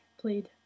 played